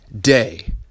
day